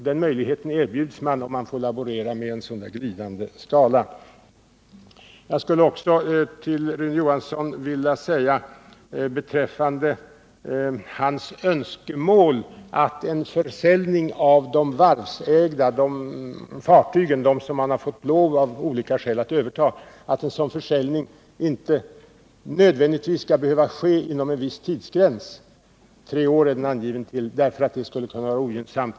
Den möjligheten erbjuds man om man får laborera med en sådan glidande skala. Rune Johansson hade önskemål om att försäljningar av de fartyg som varven av olika skäl fått lov att överta inte nödvändigtvis skulle behöva ske inom en viss tidsgräns — tre år är den angiven till — därför att det skulle kunna vara ogynnsamt.